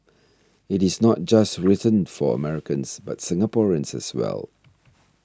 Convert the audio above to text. it is not just written for Americans but Singaporeans as well